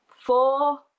four